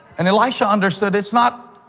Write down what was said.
and elisha understood it's not